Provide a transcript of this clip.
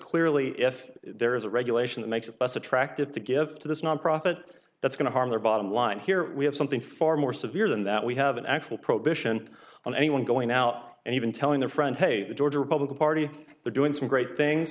clearly if there is a regulation that makes it less attractive to give to this nonprofit that's going to harm their bottom line here we have something far more severe than that we have an actual prohibition on anyone going out and even telling their friends hey the georgia republican party they're doing some great things